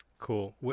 Cool